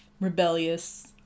rebellious